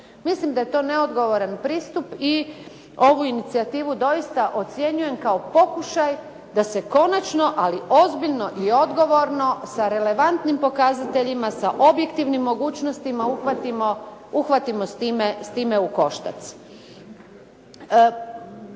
Mislim da je to neodgovoran pristup i ovu inicijativu doista ocjenjujem kao pokušaj da se konačno, ali ozbiljno i odgovorno sa relevantnim pokazateljima, sa objektivnim mogućnostima uhvatimo s time u koštac.